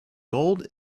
gold